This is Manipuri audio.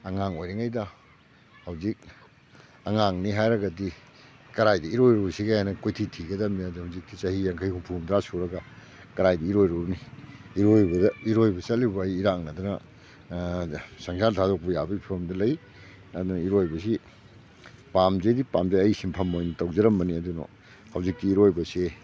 ꯑꯉꯥꯡ ꯑꯣꯏꯔꯤꯉꯩꯗ ꯍꯧꯖꯤꯛ ꯑꯉꯥꯡꯅꯤ ꯍꯥꯏꯔꯒꯗꯤ ꯀꯔꯥꯏꯗ ꯏꯔꯣꯏꯔꯨꯁꯤꯒꯦꯅ ꯀꯣꯏꯊꯤ ꯊꯤꯒꯗꯝꯅꯦ ꯑꯗꯨꯅ ꯍꯧꯖꯤꯛꯇꯤ ꯆꯍꯤ ꯌꯥꯡꯈꯩ ꯍꯨꯝꯐꯨ ꯍꯨꯝꯗ꯭ꯔꯥ ꯁꯨꯔꯒ ꯀꯔꯥꯏꯗ ꯏꯔꯣꯏꯔꯨꯅꯤ ꯏꯔꯣꯏꯕ ꯆꯠꯂꯤꯕ ꯑꯩ ꯏꯔꯥꯛꯅꯗꯅ ꯁꯪꯁꯥꯔ ꯊꯥꯗꯣꯛꯄ ꯌꯥꯕꯒꯤ ꯐꯤꯕꯝꯗ ꯂꯩ ꯑꯗꯨꯅ ꯏꯔꯣꯏꯕꯁꯤ ꯄꯥꯝꯖꯗꯤ ꯄꯥꯝꯖꯩ ꯑꯩ ꯁꯤꯟꯐꯝ ꯑꯣꯏꯅ ꯇꯧꯖꯔꯝꯕꯅꯤ ꯑꯗꯨꯅ ꯍꯧꯖꯤꯛꯇꯤ ꯏꯔꯣꯏꯕꯁꯦ